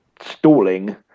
stalling